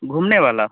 घूमने वाला